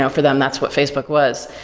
ah for them that's what facebook was.